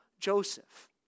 Joseph